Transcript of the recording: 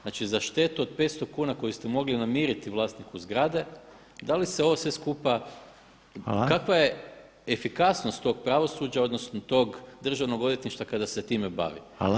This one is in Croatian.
Znači za štetu od 500 kuna koju ste mogli namiriti vlasniku zgrade da li se ovo sve skupa, kakva je efikasnost tog pravosuđa, odnosno tog državnog odvjetništva kada se time bavi?